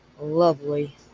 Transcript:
Lovely